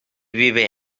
vive